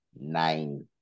nine